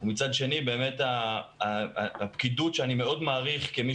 ומצד שני הפקידות שאני מאוד מעריך כמי